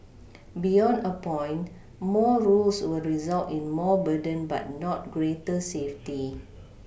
beyond a point more rules will result in more burden but not greater safety